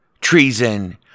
treason